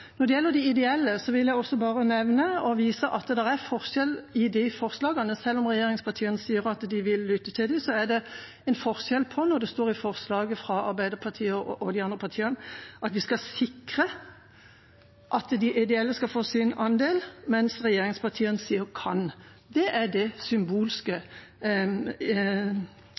Når det gjelder de ideelle, vil jeg bare nevne og vise at det er en forskjell mellom forslagene, selv om regjeringspartiene sier at de vil lytte til dem. Det er en forskjell. Det står i forslaget fra Arbeiderpartiet og de andre partiene at vi skal sikre at de ideelle «får» sin andel, mens regjeringspartiene sier «kan» – det er det symbolske